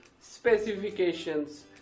specifications